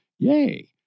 Yay